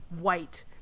white